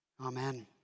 Amen